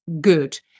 good